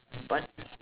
but